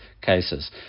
cases